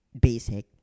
basic